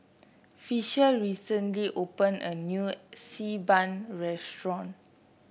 Fisher recently opened a new Xi Ban restaurant